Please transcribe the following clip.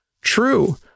True